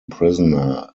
prisoner